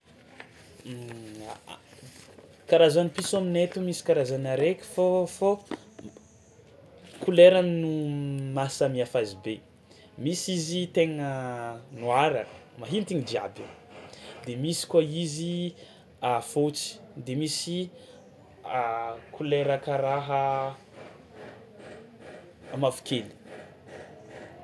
Karazany piso aminay to misy karazana araiky fao fao kolerany no mahasamy hafa azy be, misy tegna noir mahintiny jiaby de misy koa izy a fôtsy de misy kolera karaha mavokely.